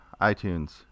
iTunes